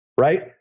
Right